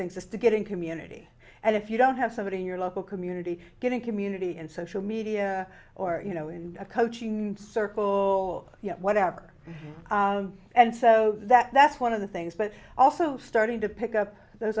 things is to get in community and if you don't have somebody in your local community getting community and social media or you know in a coaching circle whatever and so that that's one of the things but also starting to pick up those